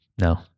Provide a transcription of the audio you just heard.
No